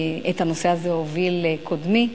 את הנושא הזה הוביל קודמי,